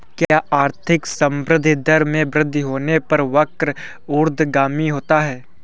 क्या आर्थिक संवृद्धि दर में वृद्धि होने पर वक्र ऊर्ध्वगामी होता है?